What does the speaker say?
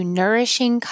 nourishing